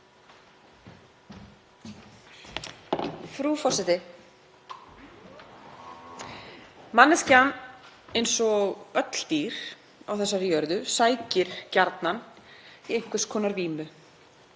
Frú forseti. Manneskjan, eins og öll dýr á þessari jörðu, sækir gjarnan í einhvers konar vímu.